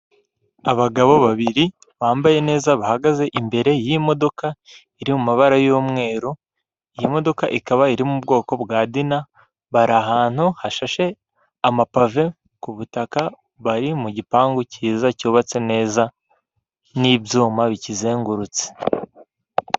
Abagabo babiri bambaye neza, bahagaze imbere y'imodoka iri mu mabara y'umweru, iyi modoka ikaba iri mu ubwoko bwa Dina, bari ahantu hashashe amapave ku butaka, bari mu gipangu cyiza, cyubatse neza, n'ibyuma bikizengurutse.